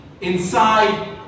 inside